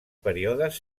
períodes